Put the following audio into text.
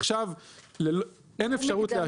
עכשיו אין אפשרות לאשר.